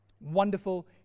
Wonderful